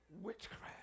witchcraft